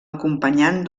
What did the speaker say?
acompanyant